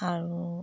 আৰু